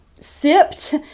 sipped